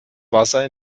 wasser